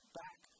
back